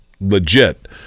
legit